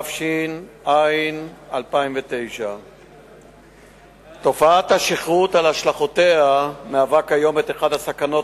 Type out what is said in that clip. התש"ע 2009. תופעת השכרות על השלכותיה היא כיום אחת הסכנות